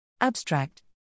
Abstract